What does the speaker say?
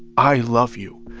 i love you.